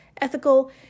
ethical